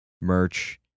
merch